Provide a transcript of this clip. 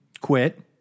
quit